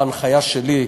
בהנחיה שלי,